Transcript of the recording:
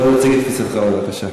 בוא תציג את תפיסתך, בבקשה.